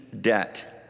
debt